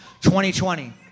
2020